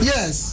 Yes